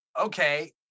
okay